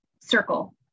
circle